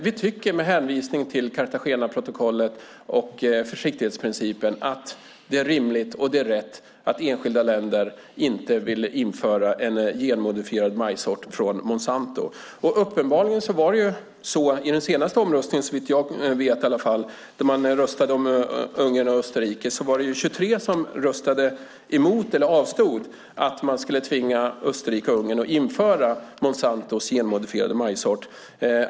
Vi tycker med hänvisning till Cartagenaprotokollet och försiktighetsprincipen att det är rimligt och rätt att enskilda länder inte vill införa en genmodifierad majssort från Monsanto. Såvitt jag vet var det i den senaste omröstningen, där man röstade om Ungern och Österrike, 23 som röstade emot att man skulle tvinga Österrike och Ungern att införa Monsantos genmodifierade majssort eller avstod från att rösta.